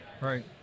Right